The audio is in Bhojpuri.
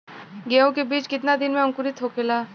गेहूँ के बिज कितना दिन में अंकुरित होखेला?